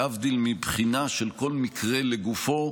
להבדיל מבחינה של כל מקרה לגופו,